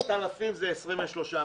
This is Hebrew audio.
10,000 זה 23 מיליון.